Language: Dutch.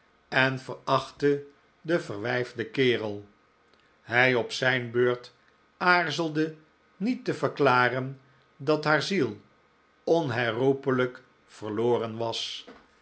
en verachtte den verwijfden kerel hij op zijn beurt aarzelde niet te verklaren dat haar ziel onherroepelijk verloren was